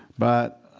but